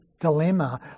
dilemma